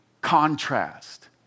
Contrast